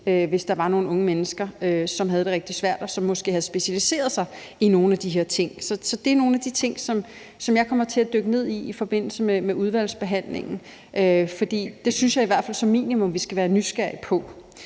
hvis der er nogle unge mennesker, som har det rigtig svært. Det er nogle af de ting, som jeg kommer til at dykke ned i i forbindelse med udvalgsbehandlingen, for det synes jeg i hvert fald at vi som minimum skal være nysgerrige på.